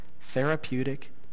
...therapeutic